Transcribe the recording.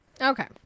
Okay